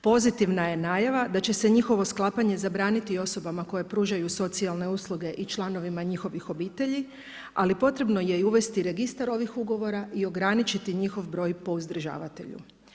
Pozitivna je najava da će se njihovo sklapanje zabraniti osobama koje pružaju socijalne usluge i članovima njihovih obitelji, ali potrebno je i uvesti registar ovih ugovora i ograničiti njihov broj po uzdržavatelju.